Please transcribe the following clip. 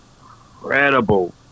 incredible